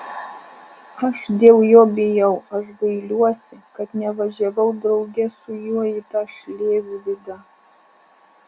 aš dėl jo bijau aš gailiuosi kad nevažiavau drauge su juo į tą šlėzvigą